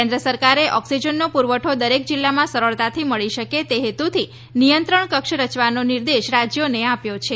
કેન્દ્ર સરકારે ઓક્સીજનનો પુરવઠો દરેક જિલ્લામાં સરળતાથી મળી શકે તે હેતુથી નિયંત્રણ કક્ષ રચવાનો નિર્દેશ રાજ્યોને આપ્યો છે